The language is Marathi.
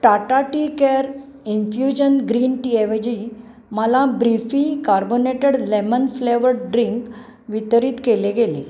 Tata tea care infusion green टीएवजी मला ब्रिफी कार्बोनेटेड लेमन फ्लेवर्ड ड्रिंक वितरित केले गेले